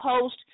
post